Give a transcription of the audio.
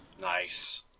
Nice